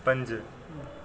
पंज